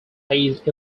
placed